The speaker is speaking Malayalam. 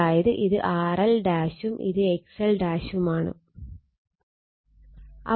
അതായത് ഇത് RL ഉം ഇത് XL ഉം ആണ്